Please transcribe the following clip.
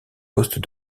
postes